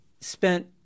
spent